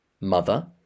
mother